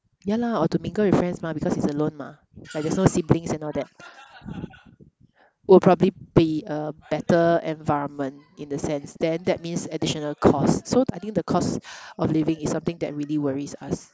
ya lah or to mingle with friends mah because he's alone mah like there's no siblings and all that will probably be a better environment in the sense then that means additional costs so I think the cost of living is something that really worries us